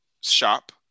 shop